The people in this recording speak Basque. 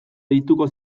deituko